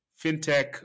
fintech